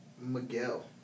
Miguel